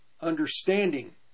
understanding